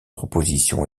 proposition